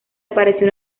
apareció